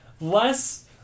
Less